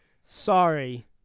sorry